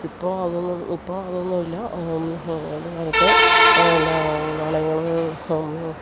ഇപ്പോൾ അതൊന്നും ഇപ്പോൾ അതൊന്നും ഇല്ല ഇപ്പോൾ